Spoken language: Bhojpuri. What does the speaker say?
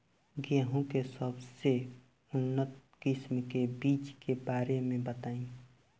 गेहूँ के सबसे उन्नत किस्म के बिज के बारे में बताई?